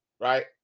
right